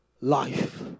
life